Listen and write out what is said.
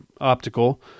Optical